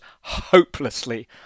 hopelessly